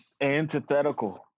antithetical